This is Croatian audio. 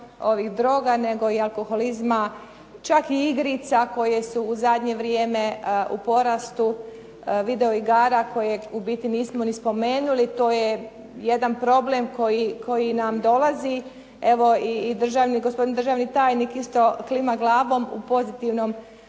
ovih droga nego i alkoholizma, čak i igrica koje su u zadnje vrijeme u porastu video igara koje u biti nismo ni spomenuli. To je jedan problem koji nam dolazi. Evo i gospodin državni tajnik isto klima glavom u pozitivnom,